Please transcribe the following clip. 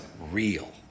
real